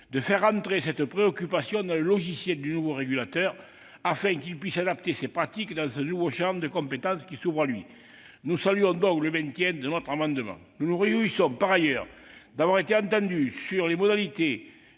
d'inclure cette préoccupation dans le logiciel du nouveau régulateur, afin qu'il puisse adapter ses pratiques dans ce nouveau champ de compétences qui s'offre à lui. Nous saluons donc le maintien de notre amendement. Nous nous réjouissons par ailleurs d'avoir été entendus quant aux modalités